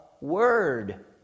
Word